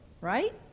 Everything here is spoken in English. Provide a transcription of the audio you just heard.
right